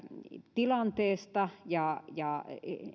tilanteesta ja ja